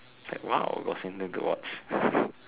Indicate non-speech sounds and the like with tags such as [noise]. it's like !wow! what's in the watch [laughs]